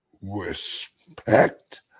respect